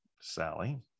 Sally